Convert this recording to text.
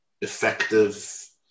effective